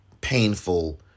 painful